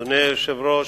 אדוני היושב-ראש,